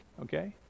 Okay